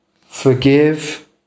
forgive